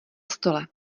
stole